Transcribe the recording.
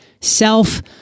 self